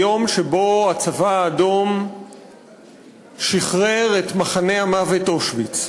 היום שבו הצבא האדום שחרר את מחנה המוות אושוויץ.